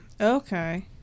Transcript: okay